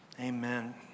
Amen